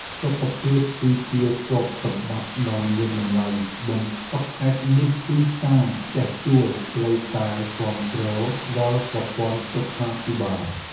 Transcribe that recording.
សុខភាពគឺជាទ្រព្យសម្បត្តិដ៏មានតម្លៃបំផុតហេតុនេះទីតាំងផ្ទះជួលត្រូវតែគាំទ្រដល់ប្រព័ន្ធសុខាភិបាល។